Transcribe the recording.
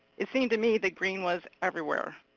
it seemed to me that green was everywhere.